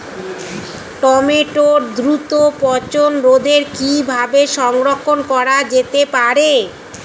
টমেটোর দ্রুত পচনরোধে কিভাবে সংরক্ষণ করা যেতে পারে?